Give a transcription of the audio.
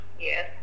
Yes